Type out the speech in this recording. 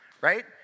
right